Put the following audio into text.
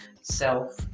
self